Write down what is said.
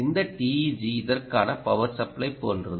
இந்த TEG இதற்கான power supply போன்றது